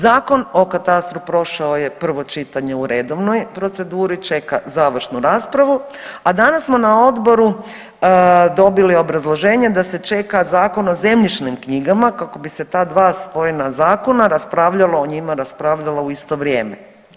Zakon o katastru prošao je prvo čitanje u redovnoj proceduri, čeka završnu raspravu, a danas smo na odboru dobili obrazloženje da se čeka Zakon o zemljišnim knjigama kako bi se ta dva spojena zakona raspravljalo o njima, raspravljalo u isto vrijeme.